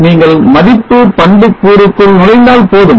நீங்கள் மதிப்பு பண்புக்கூறுக்குள் நுழைந்தால் போதும்